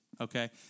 Okay